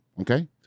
Okay